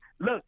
look